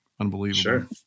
unbelievable